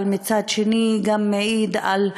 אבל מצד שני זה גם מעיד על,